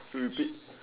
you repeat